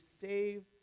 save